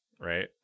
Right